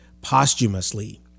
posthumously